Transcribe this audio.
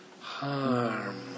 harm